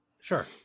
Sure